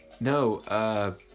No